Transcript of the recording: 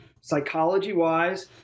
psychology-wise